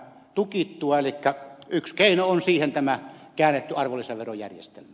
elikkä yksi keino on siihen tämä käännetty arvonlisäverojärjestelmä